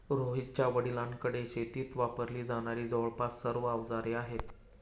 रोहितच्या वडिलांकडे शेतीत वापरली जाणारी जवळपास सर्व अवजारे आहेत